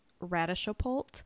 Radishapult